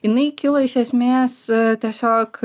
jinai kilo iš esmės tiesiog